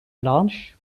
blanche